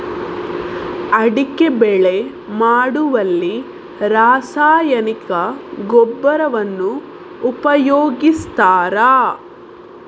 ಅಡಿಕೆ ಬೆಳೆ ಮಾಡುವಲ್ಲಿ ರಾಸಾಯನಿಕ ಗೊಬ್ಬರವನ್ನು ಉಪಯೋಗಿಸ್ತಾರ?